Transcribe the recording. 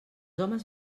homes